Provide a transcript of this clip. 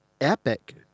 epic